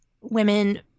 women